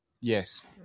Yes